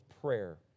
prayer